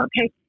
okay